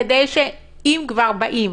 כדי שאם כבר באים,